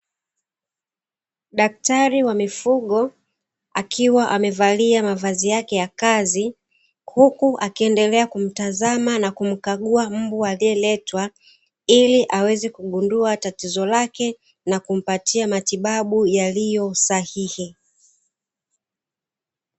Daktari wa mifugo akiwa amevalia mavazi yake ya kazi, hukua akiendelea kumtazama na kumkagua mbwa aliyeletwa, ili aweze kugundua tatizo lake na kumpatia matibabu yaliyo sahihi.